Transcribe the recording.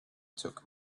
took